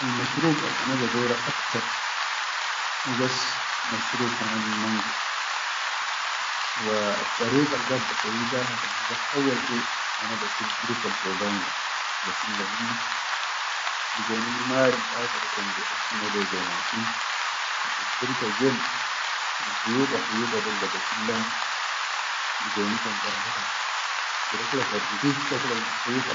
Al-ma shrub al ana badora aktar hubas mashrub hanal Mango, wa addariqa al basawwi baha kan hubas awwal ke ana basil girta al fogani da, basilla minna digonil-marin daka kan khuyuda-khuyuda del da basillan dugoni kan bar haka gede kula kan rihita kula.